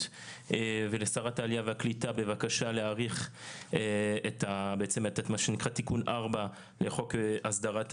ולשרת העלייה והקליטה בבקשה להאריך את תיקון 4 לחוק הסדרת העיסוק,